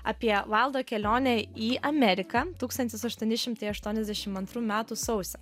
apie vaildo kelionė į ameriką tūkstantis aštuoni šimtai aštuoniasdešim antrų metų sausį